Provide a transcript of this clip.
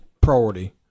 priority